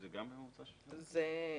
גם זה בממוצע שנתי?< לא.